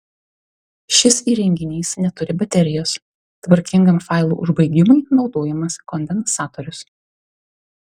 šis įrenginys neturi baterijos tvarkingam failų užbaigimui naudojamas kondensatorius